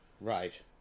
Right